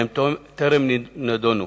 והן טרם נדונו.